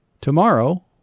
tomorrow